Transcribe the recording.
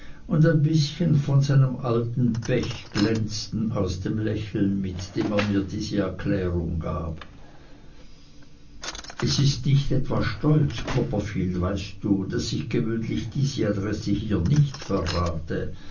und ein bißchen von seinem alten pech glänzten aus dem lächeln mit dem er mir diese erklärung gab es ist nicht etwa stolz copperfield weißt du daß ich gewöhnlich diese adresse hier nicht verrate